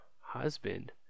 husband